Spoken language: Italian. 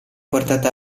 portata